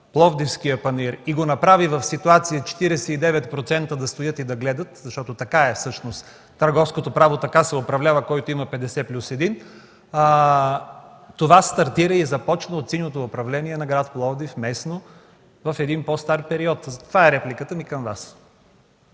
Пловдивския панаир, и го направи в ситуация – 49% да стоят и да гледат, защото така е всъщност – търговското право така се управлява – който има 50 плюс 1. Това стартира и започна от синьото управление на град Пловдив, местно, в един по-стар период. Това е репликата ми към Вас.